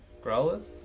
Growlers